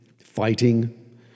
fighting